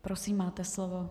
Prosím máte slovo.